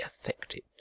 affected